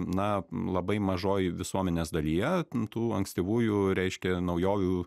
na labai mažoj visuomenės dalyje tų ankstyvųjų reiškia naujovių